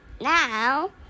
now